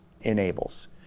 enables